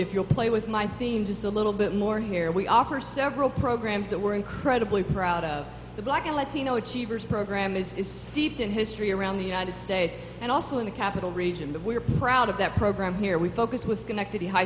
if you'll play with my theme just a little bit more here we offer several programs that were incredibly proud of the black and latino achievers program is steeped in history around the united states and also in the capital region that we're proud of that program here we focus was connected to high